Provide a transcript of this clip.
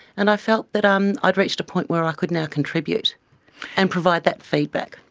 and i felt that um i'd reached a point where i could now contribute and provide that feedback.